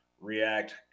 react